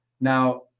Now